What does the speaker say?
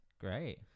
great